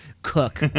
Cook